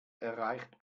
erreicht